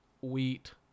wheat